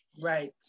right